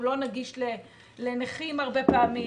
הוא לא נגיש לנכים הרבה פעמים.